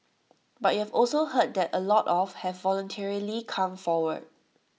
but you've also heard that A lot of have voluntarily come forward